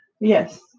Yes